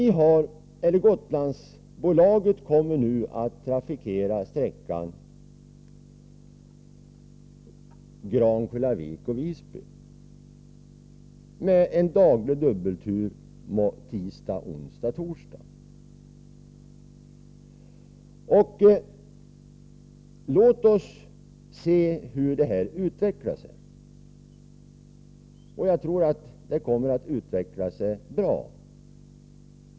Gotlandsbolaget kommer nu att trafikera sträckan Grankullavik-Visby med en daglig dubbeltur tisdagar, onsdagar och torsdagar. Låt oss se hur detta utvecklar sig. Jag tror att det kommer att utveckla sig bra.